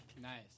Nice